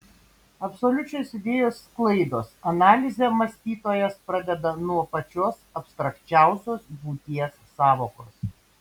absoliučios idėjos sklaidos analizę mąstytojas pradeda nuo pačios abstrakčiausios būties sąvokos